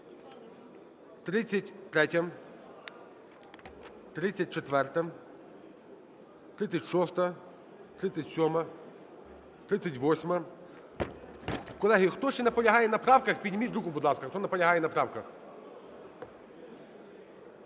33-я. 34-а. 36-а. 37-а. 38-а. Колеги, хто ще наполягає на правках, підніміть руку, будь ласка,